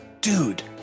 Dude